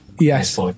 yes